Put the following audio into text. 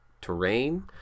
terrain